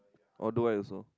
although I saw